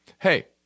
hey